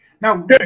Now